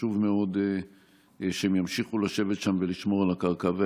שחשוב מאוד שהם ימשיכו לשבת שם ולשמור על הקרקע.